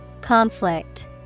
Conflict